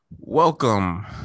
Welcome